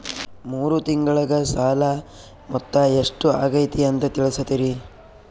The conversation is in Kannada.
ಮೂರು ತಿಂಗಳಗೆ ಸಾಲ ಮೊತ್ತ ಎಷ್ಟು ಆಗೈತಿ ಅಂತ ತಿಳಸತಿರಿ?